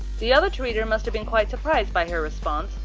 the other tweeter must have been quite surprised by her response.